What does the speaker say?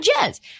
Jazz